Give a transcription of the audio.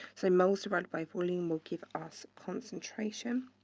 so moles divided by volume will give us concentration.